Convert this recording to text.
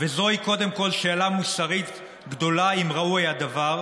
וזוהי קודם כול שאלה מוסרית גדולה אם ראוי הדבר,